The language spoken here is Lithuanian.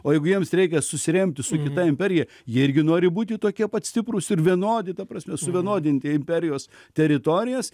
o jeigu jiems reikia susiremti su kita imperija jie irgi nori būti tokie pat stiprūs ir vienodi ta prasme suvienodinti imperijos teritorijas